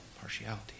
partiality